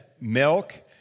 milk